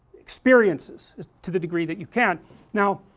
experiences to the degree that you can now,